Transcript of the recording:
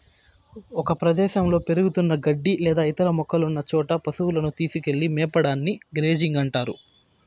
ఒక ప్రదేశంలో పెరుగుతున్న గడ్డి లేదా ఇతర మొక్కలున్న చోట పసువులను తీసుకెళ్ళి మేపడాన్ని గ్రేజింగ్ అంటారు